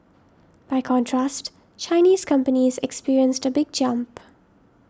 by contrast Chinese companies experienced a big jump